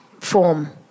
form